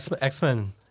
X-Men